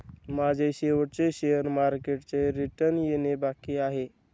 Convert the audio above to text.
माझे शेवटचे शेअर मार्केटचे रिटर्न येणे बाकी आहे